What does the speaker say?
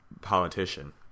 politician